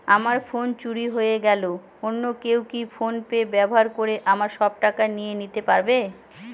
আমার ফোন চুরি হয়ে গেলে অন্য কেউ কি ফোন পে ব্যবহার করে আমার সব টাকা নিয়ে নিতে পারবে?